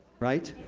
right?